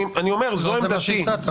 אני אומר שזו עמדתי.